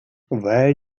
where